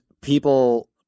people